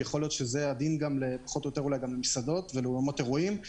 אולי זה הדין גם למסעדות ולאולמות אירועים.